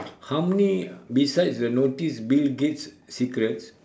how many besides the notice bill gates' secrets